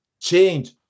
change